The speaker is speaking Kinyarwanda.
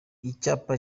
icyapa